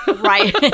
Right